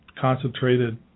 concentrated